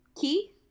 Key